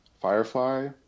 firefly